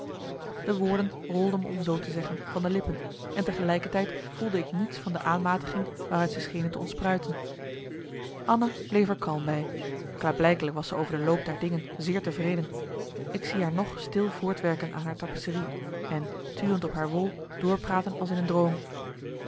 de woorden rolden me om zoo te zeggen van de marcellus emants een nagelaten bekentenis lippen en tegelijkertijd voelde ik niets van de aanmatiging waaruit zij schenen te ontspruiten anna bleef er kalm bij klaarblijkelijk was ze over de loop der dingen zeer tevreden ik zie haar nog stil voortwerken aan haar tapisserie en turend op haar wol doorpraten als in een droom